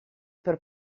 per